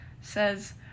says